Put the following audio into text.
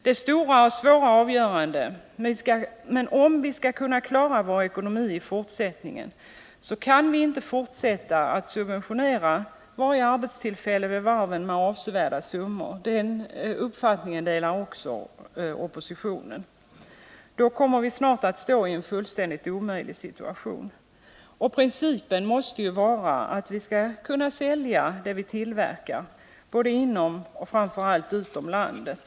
Det är stora och svåra avgöranden, men om vi skall kunna klara vår ekonomi kan vi inte fortsätta att subventionera varje arbetstillfälle vid varven med avsevärda summor. Också oppositionen har uppfattningen att vi i så fall snart skulle stå i en fullständigt omöjlig situation. Principen måste vara att kunna sälja det vi tillverkar både inom och framför allt utom landet.